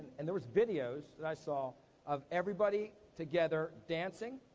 and there was videos that i saw of everybody, together, dancing,